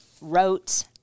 wrote